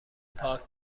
پاک